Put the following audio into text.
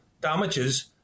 damages